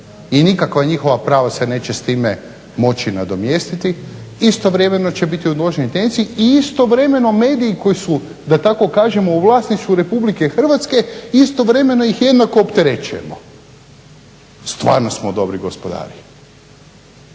i nikakva njihova prava se neće s time moći nadomjestiti. Istovremeno će biti …/Govornik se ne razumije./… i istovremeno mediji koji su da tako kažem u vlasništvu Republike Hrvatske, istovremeno ih jednako opterećujemo stvarno smo dobri gospodari.